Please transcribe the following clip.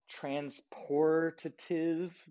transportative